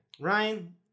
Ryan